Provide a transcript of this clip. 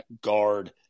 guard